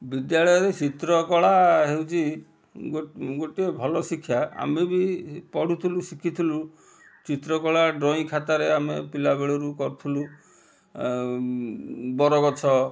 ବିଦ୍ୟାଳୟରେ ଚିତ୍ରକଳା ହେଉଛି ଗୋଟିଏ ଭଲ ଶିକ୍ଷା ଆମେ ବି ପଢ଼ୁଥିଲୁ ଶିଖୁଥିଲୁ ଚିତ୍ରକଳା ଡ୍ରଇଂ ଖାତାରେ ଆମେ ପିଲାବେଳରୁ କରୁଥିଲୁ ବରଗଛ